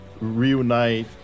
reunite